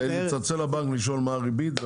שהוא לא יצטרך לצלצל לבנק ולשאול מה הריבית.